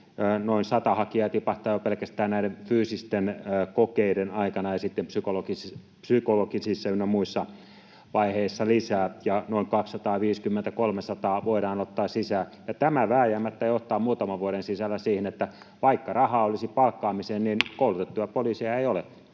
Noin sata hakijaa tipahtaa jo pelkästään fyysisten kokeiden aikana, ja sitten psykologisissa ynnä muissa vaiheissa lisää, ja noin 250—300 voidaan ottaa sisään. Tämä vääjäämättä johtaa muutaman vuoden sisällä siihen, että vaikka rahaa olisi palkkaamiseen, koulutettuja poliiseja ei ole.